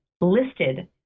listed